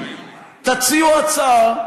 תציעו הצעה,